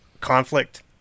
conflict